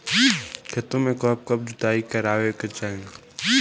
खेतो में कब कब जुताई करावे के चाहि?